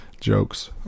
Jokes